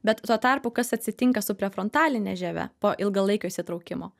bet tuo tarpu kas atsitinka su prefrontaline žieve po ilgalaikio įsitraukimo